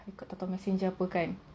kau tak tahu messenger apa kan